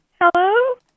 Hello